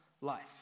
life